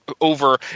over